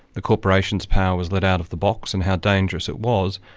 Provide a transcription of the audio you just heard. the corporations power was let out of the box, and how dangerous it was.